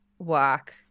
walk